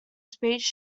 speech